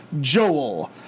Joel